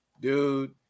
Dude